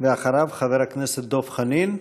אחריו, חבר הכנסת דב חנין.